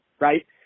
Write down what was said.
Right